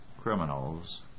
criminals